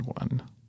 one